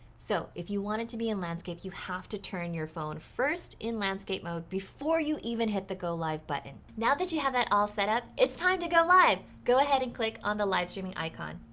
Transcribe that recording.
so if you want it to be in landscape, you have to turn your phone first in landscape mode, before you even hit the go live button. now that you have that all set up, it's time to go live. go ahead and click on the live streaming icon.